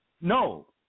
No